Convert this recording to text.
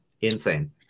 Insane